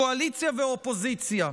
קואליציה ואופוזיציה,